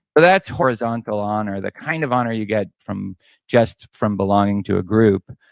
but that's horizontal honor, the kind of honor you get from just from belonging to a group